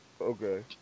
Okay